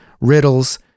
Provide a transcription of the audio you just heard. riddles